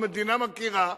המדינה מכירה,